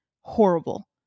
horrible